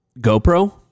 GoPro